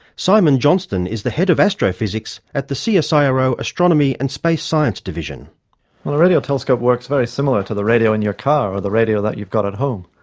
simon johnston is the head of astrophysics at the so csiro astronomy and space science division. well, a radio telescope works very similar to the radio in your car or the radio that you've got at home.